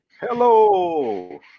Hello